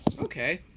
okay